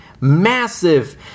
massive